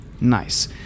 Nice